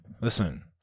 Listen